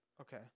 Okay